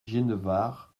genevard